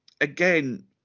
again